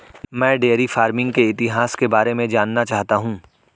मैं dairy farming के इतिहास के बारे में जानना चाहता हूं